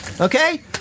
Okay